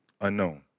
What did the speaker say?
unknown